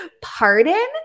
pardon